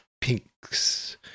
pinks